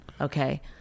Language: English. Okay